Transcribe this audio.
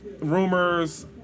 rumors